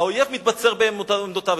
האויב מתבצר בעמדותיו,